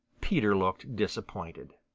peter looked disappointed.